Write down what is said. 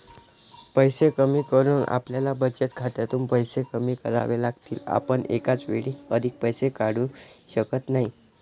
पैसे कमी करून आपल्याला बचत खात्यातून पैसे कमी करावे लागतील, आपण एकाच वेळी अधिक पैसे काढू शकत नाही